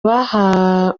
bahawe